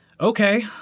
okay